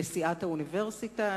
נשיאת האוניברסיטה.